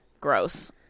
Gross